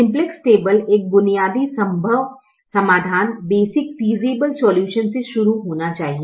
simplex table एक बुनियादी संभव समाधान से शुरू होना चाहिए